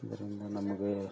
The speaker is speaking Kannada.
ಇದರಿಂದ ನಮಗೆ